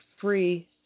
free